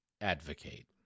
advocate